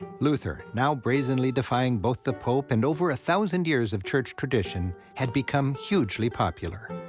luther, now brazenly defying both the pope and over a thousand years of church tradition, had become hugely popular.